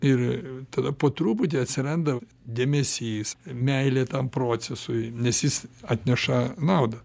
ir tada po truputį atsiranda dėmesys meilė tam procesui nes jis atneša naudą